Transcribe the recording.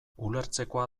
ulertzekoa